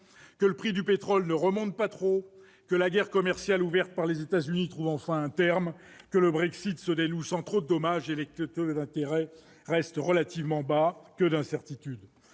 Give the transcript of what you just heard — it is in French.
que le prix du pétrole ne remonte pas trop ; pour que la guerre commerciale ouverte par les États-Unis trouve enfin un terme ; pour que le Brexit se dénoue sans trop de dommages ; et pour que les taux d'intérêt restent relativement bas. Que d'incertitudes